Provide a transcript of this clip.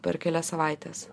per kelias savaites